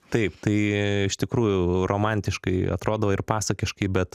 taip tai iš tikrųjų romantiškai atrodo ir pasakiškai bet